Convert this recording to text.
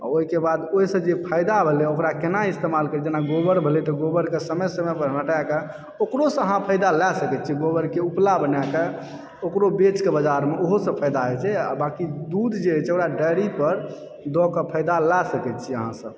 आ ओहिके बाद ओहिसे जे फायदा भेलै ओकरा कोना इस्तेमाल करबै जेना गोबर भेलै तऽ गोबरके समय समय पर हटाए कऽ ओकरो सऽ अहाँ फायदा लए सकै छियै गोबर के उपला बनाए कऽ ओकरो बेच कऽ बजारमे ओहो सऽ फायदा होइ छै आ बांकी दूध जे होइ छै ओकरा डायरी पर दऽ कऽ फायदा लए सकै छियै अहाँ सब